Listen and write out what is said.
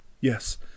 Yes